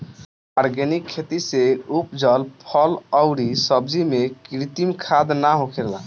organic खेती से उपजल फल अउरी सब्जी में कृत्रिम खाद ना होखेला